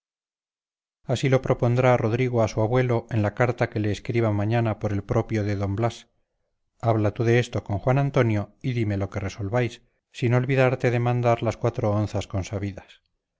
así lo propondrá rodrigo a su abuelo en la carta que le escriba mañana por el propio de d blas habla tú de esto con juan antonio y dime lo que resolváis sin olvidarte de mandar las cuatro onzas